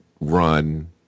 run